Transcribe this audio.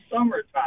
summertime